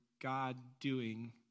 God-doing